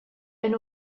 ein